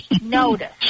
Notice